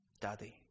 Daddy